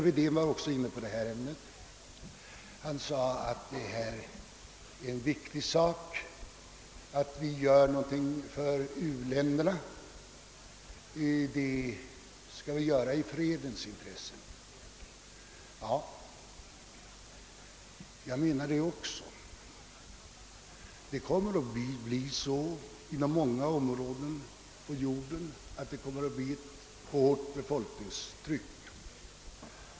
Vi är troligen så sent ute att vad vi kan göra är endast att lindra katastrofen. Det kommer på många områden på jorden att uppstå ett hårt befolkningstryck.